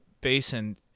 Basin